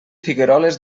figueroles